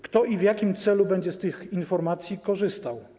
Kto i w jakim celu będzie z tych informacji korzystał?